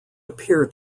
appear